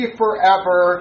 forever